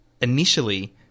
initially